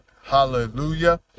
Hallelujah